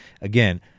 Again